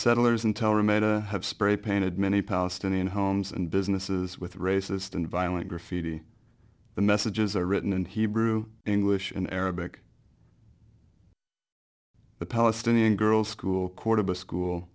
settlers in tel remain have spray painted many palestinian homes and businesses with racist and violent graffiti the messages are written in hebrew english in arabic the palestinian girls school quarter of a school